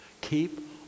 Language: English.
Keep